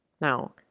Now